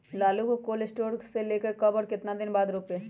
आलु को cold store से ले के कब और कितना दिन बाद रोपे?